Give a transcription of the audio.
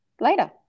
later